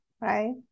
right